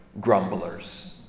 grumblers